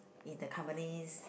in the companies